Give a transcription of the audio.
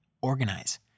organize